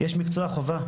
יש מקצוע חובה,